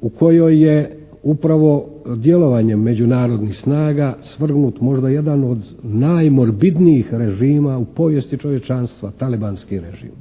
u kojoj je upravo djelovanjem međunarodnih snaga svrgnut možda jedan od najmorbidnijih režima u povijesti čovječanstva, talibanski režim